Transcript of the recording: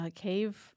cave